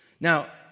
Now